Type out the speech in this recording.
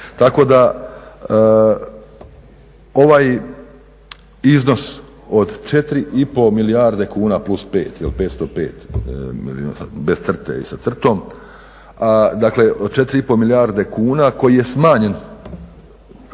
Tako da ovaj iznos od 4,5 milijarde kuna plus 5, jel 505 milijuna bez crte